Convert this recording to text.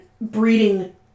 breeding